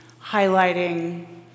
highlighting